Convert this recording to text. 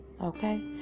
okay